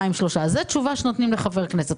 זאת תשובה שנותנים לחבר כנסת.